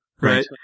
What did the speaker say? right